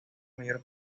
mayor